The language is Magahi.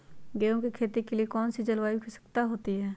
गेंहू की खेती के लिए कौन सी जलवायु की आवश्यकता होती है?